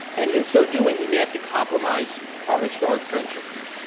and in so doing, we may have to compromise our historic friendships.